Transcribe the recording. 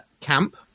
camp